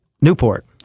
Newport